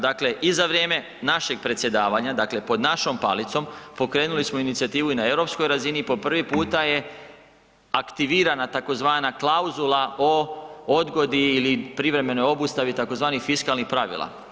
Dakle, i za vrijeme našeg predsjedavanja, dakle pod našom palicom pokrenuli smo inicijativu i na europskoj razini i po prvi puta je aktivirana tzv. klauzula o odgodi ili privremenoj obustavi tzv. fiskalnih pravila.